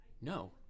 No